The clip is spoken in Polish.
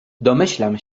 domyślam